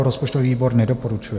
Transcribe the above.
Rozpočtový výbor nedoporučuje.